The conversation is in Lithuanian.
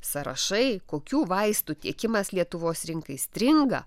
sąrašai kokių vaistų tiekimas lietuvos rinkai stringa